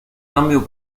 cambio